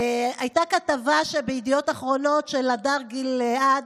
הייתה כתבה בידיעות אחרונות, של הדר גיל-עד,